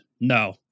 no